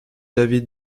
david